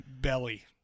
Belly